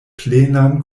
plenan